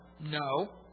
No